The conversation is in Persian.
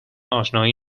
آشنایی